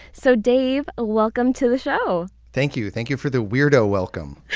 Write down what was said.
so, dave, welcome to the show! thank you. thank you for the weirdo welcome.